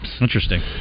Interesting